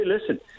listen